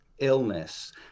illness